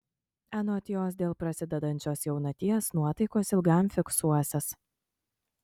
anot jos dėl prasidedančios jaunaties nuotaikos ilgam fiksuosis